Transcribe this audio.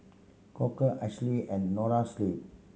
Koka Asahi and Noa Sleep